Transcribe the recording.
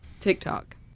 TikTok